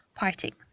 partying